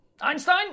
Einstein